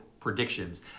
predictions